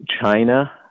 China